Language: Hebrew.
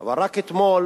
אבל רק אתמול